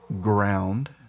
ground